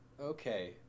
okay